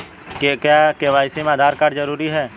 क्या के.वाई.सी में आधार कार्ड जरूरी है?